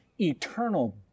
eternal